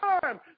time